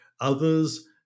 others